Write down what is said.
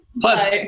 Plus